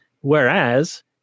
whereas